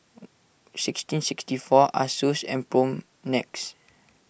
sixteen sixty four Asus and Propnex